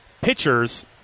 pitchers